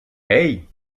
hey